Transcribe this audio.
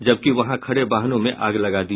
जबकि वहां खड़े वाहनों में आग लगा दिया